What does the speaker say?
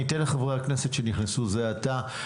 אני אתן לחברי הכנסת שנכנסו זה עתה,